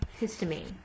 histamine